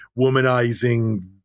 womanizing